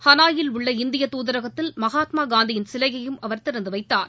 ஹனாயில் உள்ள இந்திய தூதரகத்தில் மகாத்மா காந்தியின் சிலையையும் அவர் திறந்து வைத்தார்